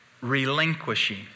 relinquishing